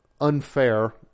unfair